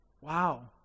Wow